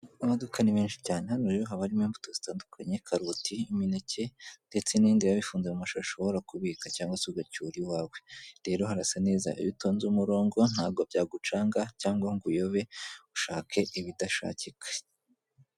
Imodoka ni nyinshi cyane hano haba harimo imbuto zitandukanye karoti, imineke ndetse n'ibindi wabifunze mu mashusho ushobora kubika cyangwa se ugacyura iwawe rero harasa neza ibitonnze umurongo ntabwo byagucanga cyangwa ngo uyobe ushake ibidashakika.